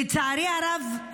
לצערי הרב,